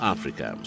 Africa